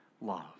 love